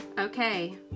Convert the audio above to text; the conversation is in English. Okay